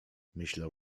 myślał